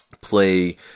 play